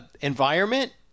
environment